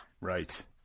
Right